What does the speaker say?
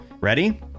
Ready